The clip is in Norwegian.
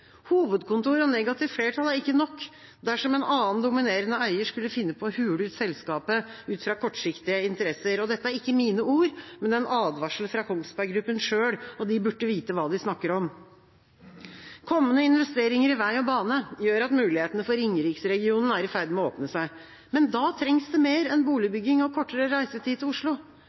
Hovedkontor og negativt flertall er ikke nok dersom en annen dominerende eier skulle finne på å hule ut selskapet ut fra kortsiktige interesser. Dette er ikke mine ord, men det er en advarsel fra Kongsberg Gruppen selv, og de burde vite hva de snakker om. Kommende investeringer i vei og bane gjør at mulighetene for Ringeriksregionen er i ferd med å åpne seg, men da trengs det mer enn